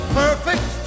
perfect